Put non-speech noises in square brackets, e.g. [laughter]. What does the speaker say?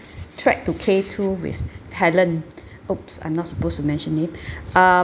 [breath] track to K two with [breath] helen [breath] !oops! I'm not supposed to mention it uh